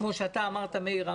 כמו שאתה אמרת מאיר,